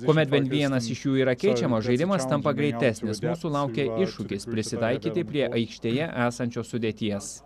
kuomet bent vienas iš jų yra keičiamas žaidimas tampa greitesnis mūsų laukia iššūkis prisitaikyti prie aikštėje esančios sudėties